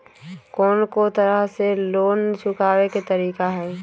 कोन को तरह से लोन चुकावे के तरीका हई?